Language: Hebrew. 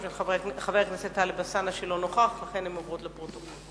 חבר הכנסת טלב אלסאנע שאל את שר החינוך ביום א' בכסלו התש"ע (18 בנובמבר